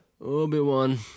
Obi-Wan